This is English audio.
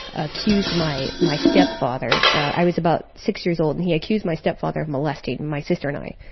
accused my my stepfather, i was about six years old, and he accused my stepfather of molested my sister and i.